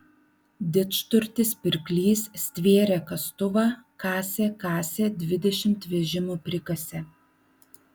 didžturtis pirklys stvėrė kastuvą kasė kasė dvidešimt vežimų prikasė